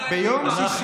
המורה שלנו